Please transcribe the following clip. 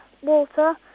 water